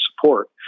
support